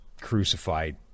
crucified